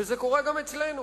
וזה קורה גם אצלנו,